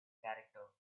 character